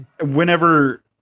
whenever